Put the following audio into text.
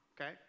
okay